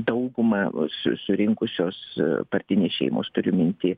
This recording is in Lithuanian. daugumą su surinkusios partinės šeimos turiu minty